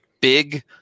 big